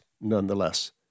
nonetheless